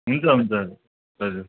हुन्छ हुन्छ हजुर